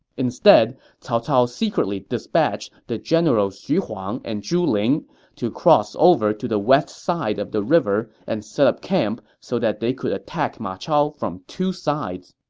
instead, cao cao secretly dispatched the generals xu huang and zhu ling to cross over to the west side of the river and set up camp so that they could attack ma chao from two sides